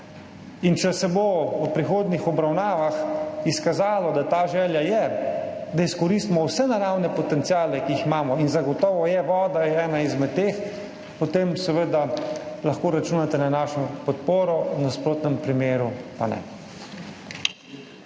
Če se bo v prihodnjih obravnavah izkazalo, da ta želja je, da izkoristimo vse naravne potenciale, ki jih imamo, voda je zagotovo en izmed teh, potem seveda lahko računate na našo podporo, v nasprotnem primeru pa ne.